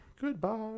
Goodbye